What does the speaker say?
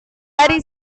hari